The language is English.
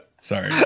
Sorry